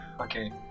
Okay